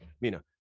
Mina